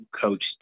coach